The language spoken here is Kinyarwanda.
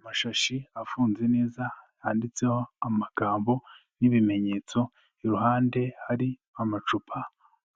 Amashashi afunze neza, handitseho amagambo n'ibimenyetso, iruhande hari amacupa